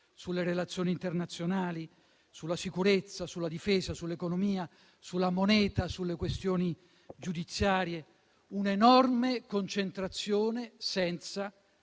sulle relazioni internazionali, sulla sicurezza, sulla difesa, sull'economia, sulla moneta, sulle questioni giudiziarie; un'enorme concentrazione senza